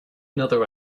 another